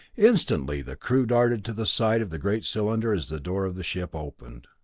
instantly the crew darted to the side of the great cylinder as the door of the ship opened.